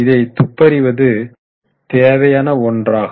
இதை துப்பறிவது தேவையான ஒன்றாகும்